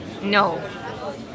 No